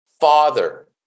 father